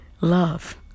love